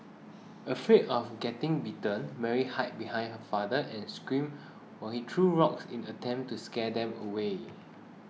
afraid of getting bitten Mary hid behind her father and screamed while he threw rocks in an attempt to scare them away